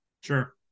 Sure